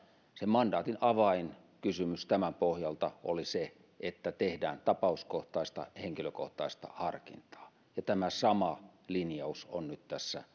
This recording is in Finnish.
sen mandaatin avainkysymys tämän pohjalta oli se että tehdään tapauskohtaista henkilökohtaista harkintaa ja tämä sama linjaus on nyt tässä